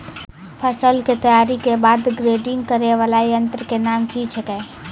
फसल के तैयारी के बाद ग्रेडिंग करै वाला यंत्र के नाम की छेकै?